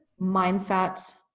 mindset